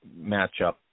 matchup